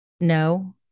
No